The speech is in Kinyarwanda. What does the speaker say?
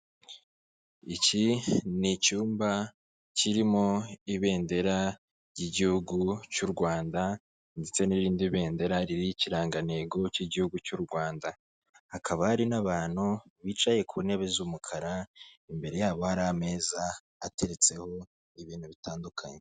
Iki ni icyumba kirimo ibendera ry'igihugu cy'u Rwanda ndetse n'irindi bendera ririho ikirangantego cy'igihugu cy'u Rwanda, hakaba hari n'abantu bicaye ku ntebe z'umukara imbere yabo hari ameza ateretseho ibintu bitandukanye.